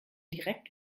direkt